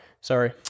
sorry